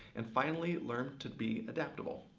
and finally, learn to be adaptable.